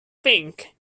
pink